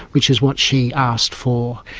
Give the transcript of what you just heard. which is what she asked for.